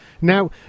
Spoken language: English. Now